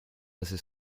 assez